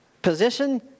Position